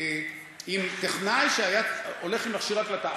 עם טכנאי שהלך עם מכשיר הקלטה.